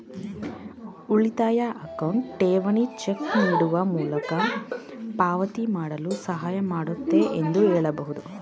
ಉಳಿತಾಯ ಅಕೌಂಟ್ ಠೇವಣಿ ಚೆಕ್ ನೀಡುವ ಮೂಲಕ ಪಾವತಿ ಮಾಡಲು ಸಹಾಯ ಮಾಡುತ್ತೆ ಎಂದು ಹೇಳಬಹುದು